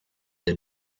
der